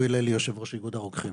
אני יושב-ראש איגוד הרוקחים.